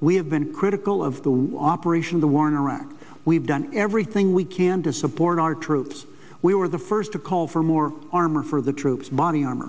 we have been critical of the operation of the war in iraq we've done everything we can to support our troops we were the first to call for more armor for the troops money armor